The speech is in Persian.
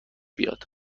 بیاد